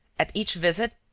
at each visit,